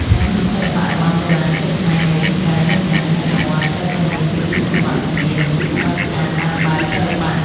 នៅក្នុងសិល្បៈរបាំបុរាណ គ្រប់ផ្នែកនៃរាងកាយ រួមទាំងមុខមាត់ ត្រូវតែមានភាពស៊ីសង្វាក់គ្នា និងភាពស្រស់ស្អាតតាមបែបសិល្បៈ។